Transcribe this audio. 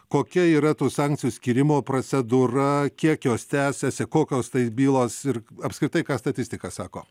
kokia yra tų sankcijų skyrimo procedūra kiek jos tęsiasi kokios tai bylos ir apskritai ką statistika sako